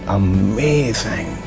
amazing